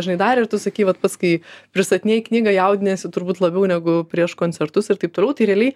žinai dar ir tu sakei vat pats kai pristatinėjai knygą jaudiniesi turbūt labiau negu prieš koncertus ir taip toliau tai realiai